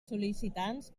sol·licitants